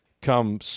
come